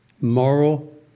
Moral